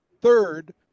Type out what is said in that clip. third